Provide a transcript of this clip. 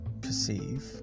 perceive